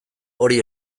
hori